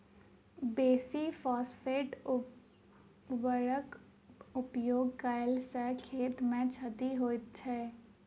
बेसी फास्फेट उर्वरकक उपयोग कयला सॅ खेत के क्षति होइत छै